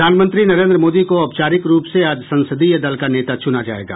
प्रधानमंत्री नरेंद्र मोदी को औपचारिक रूप से आज संसदीय दल का नेता चुना जायेगा